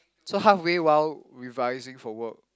so halfway while revising for work